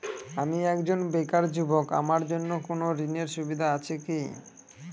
আমি একজন বেকার যুবক আমার জন্য কোন ঋণের সুবিধা আছে কি?